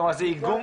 כלומר, זה איגום?